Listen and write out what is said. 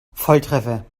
volltreffer